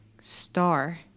star